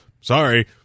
sorry